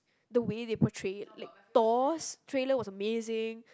the way they portray it like Thor's trailer was amazing